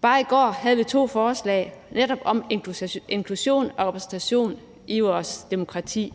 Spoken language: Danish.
Bare i går havde vi to forslag netop om inklusion og repræsentation i vores demokrati.